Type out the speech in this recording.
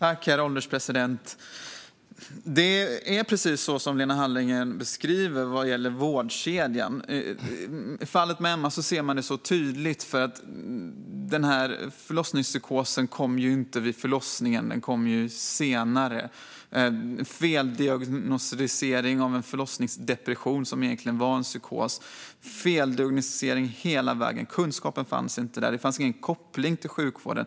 Herr ålderspresident! Vad gäller vårdkedjan är det precis så som Lena Hallengren beskriver det. I fallet med Emma ser man det tydligt, för förlossningspsykosen kom inte vid förlossningen utan senare. Det skedde en feldiagnostisering; en förlossningsdepression var egentligen en psykos. Det var feldiagnostisering hela vägen. Kunskapen fanns inte. Det fanns ingen koppling till sjukvården.